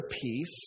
peace